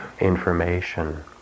information